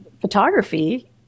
photography